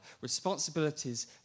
responsibilities